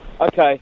Okay